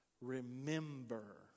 Remember